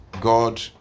God